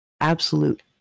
absolute